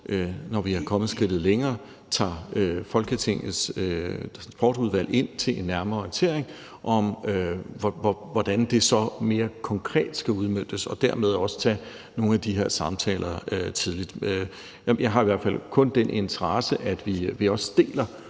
når vi er kommet skridtet længere, tager Folketingets Transportudvalg ind til en nærmere orientering om, hvordan det så mere konkret skal udmøntes, og dermed også tager nogle af de her samtaler tidligt. Jeg har i hvert fald kun den interesse, at vi deler